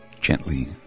gently